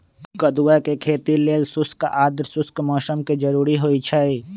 कदुआ के खेती लेल शुष्क आद्रशुष्क मौसम कें जरूरी होइ छै